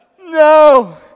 no